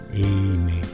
Amen